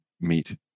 meet